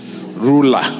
ruler